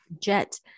jet